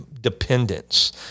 dependence